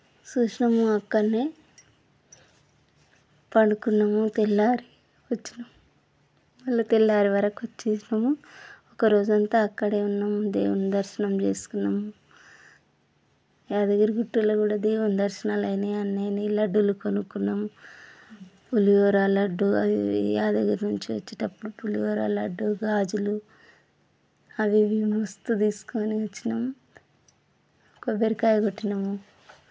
చూసినాము అక్కడనే పడుకున్నాము చూసినాము అక్కడనే పడుకున్నాము తెల్లారే ఒక రోజంతా అక్కడినే ఉన్నాం దేవుడి దర్శనం చేసుకున్నాం యాదగిరిగుట్టలో కూడా దేవుడి దర్శనాలు అయినాయి లడ్డూలు కొనుక్కున్నాం పులిహోర లడ్డూలు అవి యాదగిరి నుంచి వచ్చేటప్పుడు పులిహోర లడ్డు గాజులు అవి ఇవి మస్తు తీసుకొని వచ్చినాం కొబ్బరికాయ కొట్టినాము